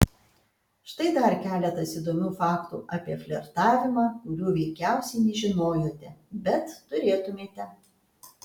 štai dar keletas įdomių faktų apie flirtavimą kurių veikiausiai nežinojote bet turėtumėte